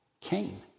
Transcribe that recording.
Cain